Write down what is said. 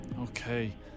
Okay